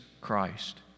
Christ